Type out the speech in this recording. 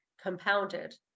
compounded